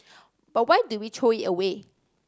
but why do we throw it away